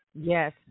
Yes